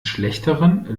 schlechteren